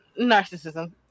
Narcissism